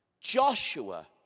Joshua